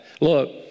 Look